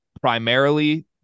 primarily